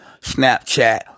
Snapchat